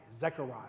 Zechariah